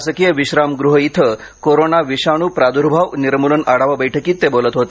शासकीय विश्रामगृह इथं कोरोना विषाणू प्रादुर्भाव निर्मुलन आढावा बैठकीत ते बोलत होते